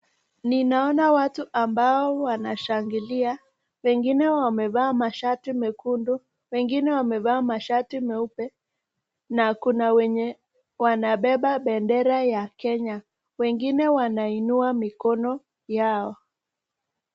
Ninaona watu ambao wanashangilia. Pengine wamevaa mashati mekundu, wengine wamevaa mashati meupe na kuna wenye wanabeba bendera ya Kenya. Wengine wanainua mikono yao.